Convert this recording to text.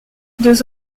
deux